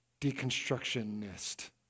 deconstructionist